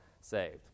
saved